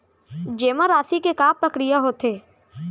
जेमा राशि के का प्रक्रिया होथे?